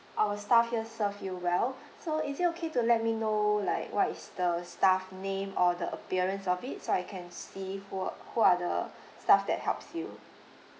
our staff here served you well so is it okay to let me know like what is the staff name or the appearance of it so I can see who were who are the staff that helps you